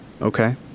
Okay